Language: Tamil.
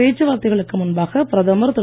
பேச்சுவார்த்தைகளுக்கு முன்பாக பிரதமர் திரு